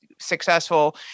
successful